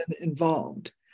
involved